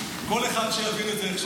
כל אחד שיבין את זה איך שהוא רוצה.